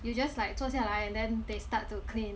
you just like 坐下来 then they start to clean